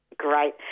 Great